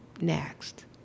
next